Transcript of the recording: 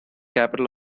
capital